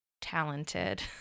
talented